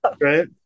Right